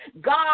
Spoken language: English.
God